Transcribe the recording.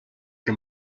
que